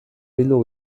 bildu